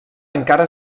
encara